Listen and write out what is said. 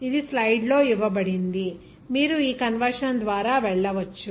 ఇది స్లయిడ్లో ఇవ్వబడింది మీరు ఈ కన్వర్షన్ ద్వారా వెళ్ళవచ్చు